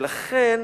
לכן,